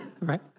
right